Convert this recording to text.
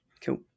Cool